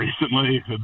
recently